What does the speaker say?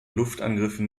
luftangriffen